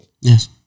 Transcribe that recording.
Yes